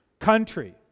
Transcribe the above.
country